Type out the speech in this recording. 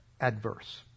adverse